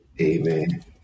Amen